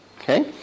Okay